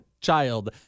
child